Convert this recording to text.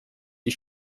die